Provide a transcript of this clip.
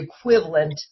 equivalent